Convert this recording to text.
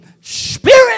spirit